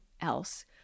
else